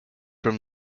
from